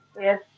Yes